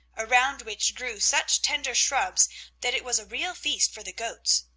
around which grew such tender shrubs that it was a real feast for the goats.